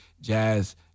Jazz